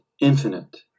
infinite